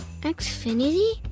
Xfinity